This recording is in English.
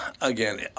Again